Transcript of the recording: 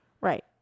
Right